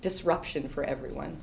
disruption for everyone